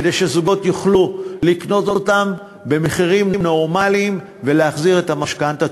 כדי שזוגות יוכלו לקנות אותן במחירים נורמליים ולהחזיר את המשכנתה.